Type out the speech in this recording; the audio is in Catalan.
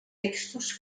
textos